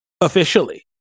officially